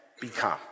become